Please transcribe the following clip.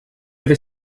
ever